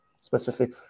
specific